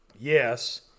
Yes